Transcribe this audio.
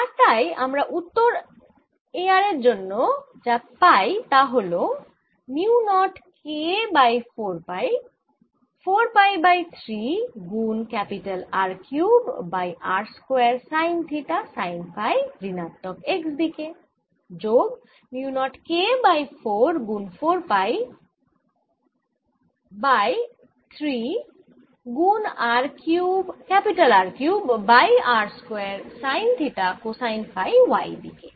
আর তাই আমার উত্তর A r এর জন্য হল mu naught K by 4 pi 4 pi 3 গুন R cube by r square sine theta sine phi ঋণাত্মক x দিকে যোগ মিউ নট K বাই 4 গুন 4পাই পাই বাই 3 গুন R cube by r square sine theta cosine phi y দিকে